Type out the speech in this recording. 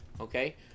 okay